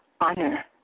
honor